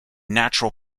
natural